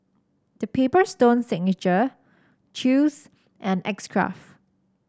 The Paper Stone Signature Chew's and X Craft